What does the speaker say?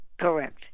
Correct